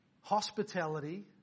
hospitality